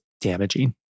damaging